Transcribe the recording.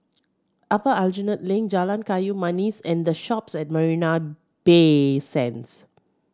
Upper Aljunied Link Jalan Kayu Manis and The Shoppes at Marina Bay Sands